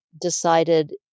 decided